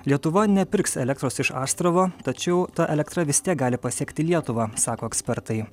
lietuva nepirks elektros iš astravo tačiau ta elektra vis tiek gali pasiekti lietuvą sako ekspertai